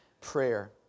prayer